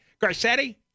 Garcetti